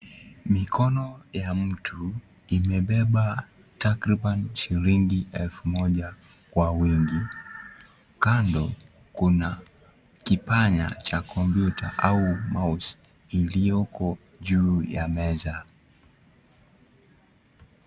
Mikono ya mtu imebeba takriban shilingi elfu moja kwa wingi, kando kuna kipanya cha kompyuta au mouse iliyoko juu ya meza.